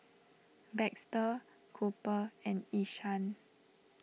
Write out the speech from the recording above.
Baxter Cooper and Ishaan